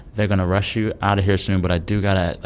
they're going to rush you out of here soon, but i do got to ah